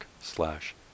slash